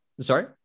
Sorry